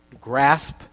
grasp